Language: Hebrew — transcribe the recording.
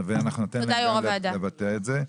ואנחנו ניתן להם לבטא את זה.